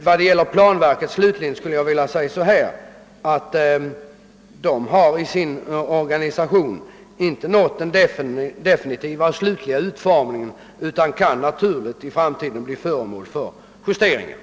Vad gäller planverket slutligen skulle jag vilja säga att detta i sin organisation inte har nått den definitiva och slutliga utformningen utan i framtiden kan behöva justeras.